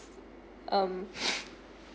um